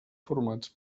formats